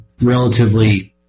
relatively